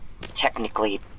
technically